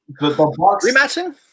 Rematching